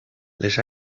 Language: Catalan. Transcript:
les